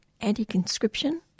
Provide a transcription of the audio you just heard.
anti-conscription